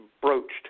broached